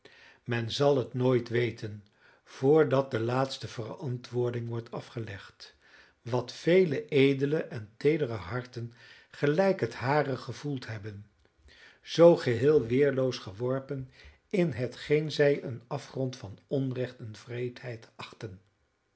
men zal het nooit weten voordat de laatste verantwoording wordt afgelegd wat vele edele en teedere harten gelijk het hare gevoeld hebben zoo geheel weerloos geworpen in hetgeen zij een afgrond van onrecht en wreedheid achten